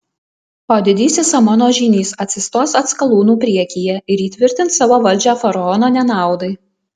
o didysis amono žynys atsistos atskalūnų priekyje ir įtvirtins savo valdžią faraono nenaudai